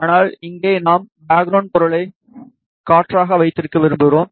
ஆனால் இங்கே நாம் பேக்ரவுண்ட் பொருளை காற்றாக வைத்திருக்க விரும்புகிறோம்